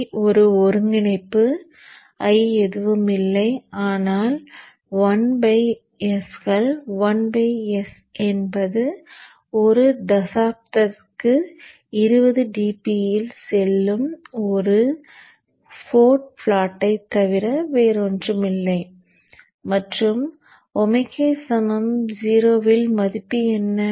I ஒரு ஒருங்கிணைப்பு I எதுவும் இல்லை ஆனால் 1 s கள் 1 s என்பது ஒரு தசாப்தத்திற்கு 20 dB இல் செல்லும் ஒரு போட் ப்ளாட்டைத் தவிர ஒன்றுமில்லை மற்றும் ω 0 இல் மதிப்பு என்ன